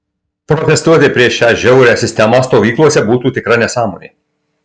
protestuoti prieš šią žiaurią sistemą stovyklose būtų tikra nesąmonė